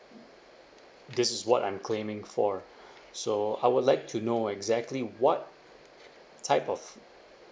this is what I'm claiming for so I would like to know exactly what type of